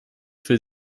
für